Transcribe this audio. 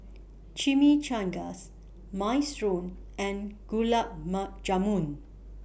Chimichangas Minestrone and Gulab Jamun